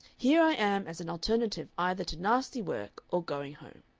here i am as an alternative either to nasty work or going home.